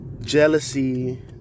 jealousy